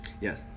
Yes